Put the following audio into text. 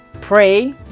pray